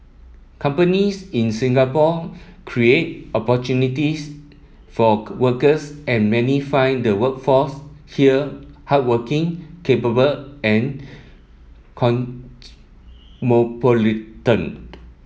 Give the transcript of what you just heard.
companies in Singapore create opportunities for workers and many find the workforce here hardworking capable and